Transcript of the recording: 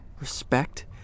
Respect